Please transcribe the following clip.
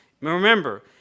remember